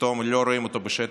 פתאום לא רואים אותו בשטח,